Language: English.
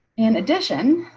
in addition,